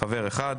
חבר אחד.